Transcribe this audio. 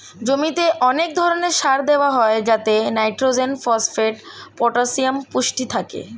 জমিতে অনেক ধরণের সার দেওয়া হয় যাতে নাইট্রোজেন, ফসফেট, পটাসিয়াম পুষ্টি থাকে